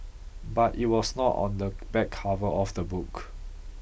but it was not on the back cover of the book